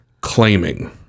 claiming